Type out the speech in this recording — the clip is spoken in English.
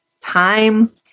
time